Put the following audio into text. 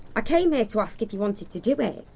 i came here to ask if you wanted to do it.